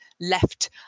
left